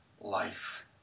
life